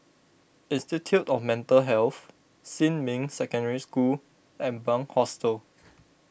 Institute of Mental Health Xinmin Secondary School and Bunc Hostel